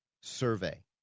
Survey